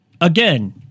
again